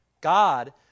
God